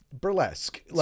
burlesque